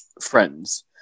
Friends